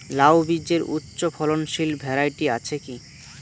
লাউ বীজের উচ্চ ফলনশীল ভ্যারাইটি আছে কী?